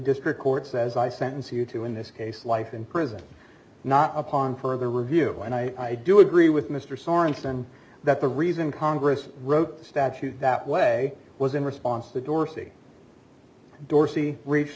district court says i sentence you to in this case life in prison not upon further review when i do agree with mr sorenson that the reason congress wrote the statute that way was in response to dorsey dorsey reach